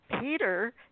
Peter